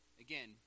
Again